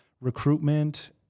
recruitment